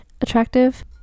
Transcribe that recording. attractive